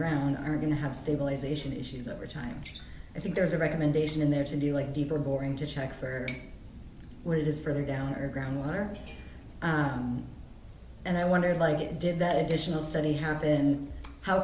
ground are going to have stabilisation issues over time i think there's a recommendation in there to do it deeper boring to check for where it is further down or groundwater and i wonder like it did that additional study happened how